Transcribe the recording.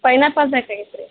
pineapple ಬೇಕಾಗಿತ್ತು ರೀ